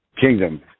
kingdom